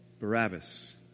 Barabbas